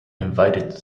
invited